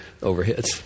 overheads